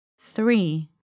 Three